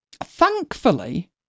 Thankfully